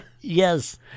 yes